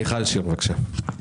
מיכל שיר, בבקשה.